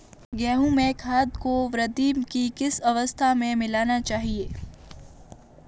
गेहूँ में खाद को वृद्धि की किस अवस्था में मिलाना चाहिए?